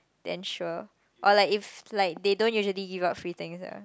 then sure or like if like they don't usually give out free things ah